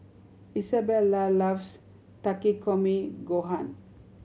Isabela loves Takikomi Gohan